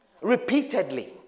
Repeatedly